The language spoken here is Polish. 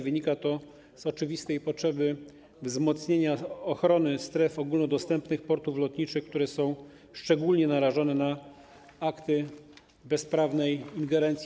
Wynika to z oczywistej potrzeby wzmocnienia ochrony stref ogólnodostępnych portów lotniczych, które są szczególnie narażone na akty bezprawnej ingerencji.